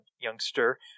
youngster